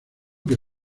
que